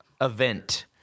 event